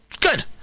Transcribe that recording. Good